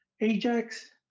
Ajax